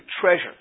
treasure